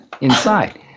inside